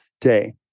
day